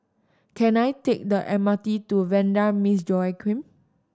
can I take the M R T to Vanda Miss Joaquim